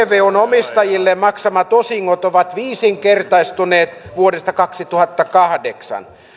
vvon omistajille maksamat osingot ovat viisinkertaistuneet vuodesta kaksituhattakahdeksan